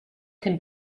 can